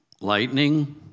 Lightning